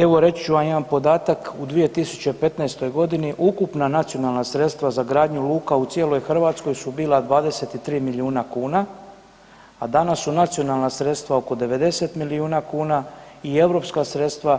Evo, reći ću vam jedan podatak, u 2015. g. ukupna nacionalna sredstva za gradnju luka u cijeloj Hrvatskoj su bila 23 milijuna kuna, a danas su nacionalna sredstva oko 90 milijuna kuna i europska sredstva